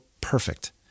perfect